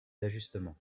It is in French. d’ajustement